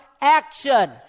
action